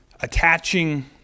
attaching